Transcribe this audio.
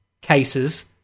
cases